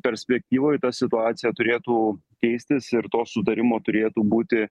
perspektyvoj ta situacija turėtų keistis ir to sutarimo turėtų būti